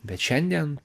bet šiandien